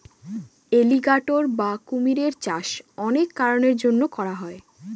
alligator বা কুমিরের চাষ অনেক কারনের জন্য করা হয়